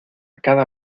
cada